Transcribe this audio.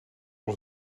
all